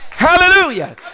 hallelujah